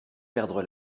perdre